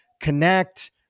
connect